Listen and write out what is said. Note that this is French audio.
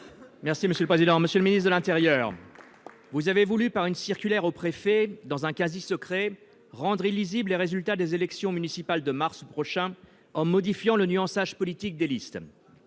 socialiste et républicain. Monsieur le ministre de l'intérieur, vous avez voulu, par une circulaire aux préfets, dans un quasi-secret, rendre illisibles les résultats des élections municipales de mars prochain en modifiant le nuançage politique des listes.